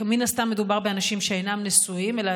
כי מן הסתם מדובר באנשים שאינם נשואים אלא